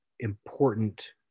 important